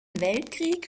weltkrieg